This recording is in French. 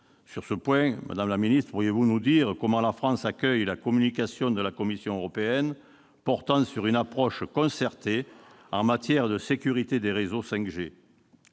Sur ce point, madame la secrétaire d'État, pourriez-vous nous dire comment la France accueille la communication de la Commission européenne portant sur une approche concertée en matière de sécurité des réseaux 5G ?